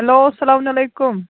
hello اسلامُ علیکُم